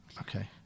Okay